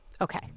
okay